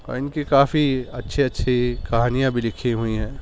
اور ان کی کافی اچھی اچھی کہانیاں بھی لکھی ہوئی ہیں